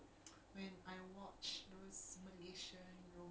it's just like macam thinking about it